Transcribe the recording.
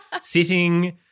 sitting